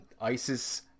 isis